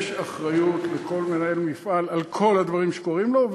יש אחריות לכל מנהל מפעל לכל הדברים שקורים לו,